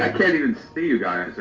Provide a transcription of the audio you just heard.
i can't even see you guys,